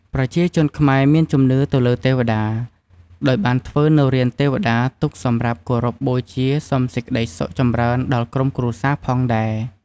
ប្រជាជនខ្មែរមានជំនឿទៅលើទេវតា ដោយបានធ្វើនូវរានទេវតាទុកសម្រាប់គោរពបូជាសុំសេចក្ដីសុខចម្រើនដល់ក្រុមគ្រួសារផងដែរ